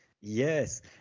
Yes